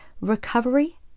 Recovery